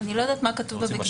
אני לא יודע מה כתוב בוויקיפדיה,